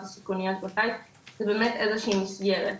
הסיכוניות בקיץ זה באמת איזושהי מסגרת,